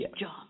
John